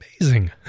amazing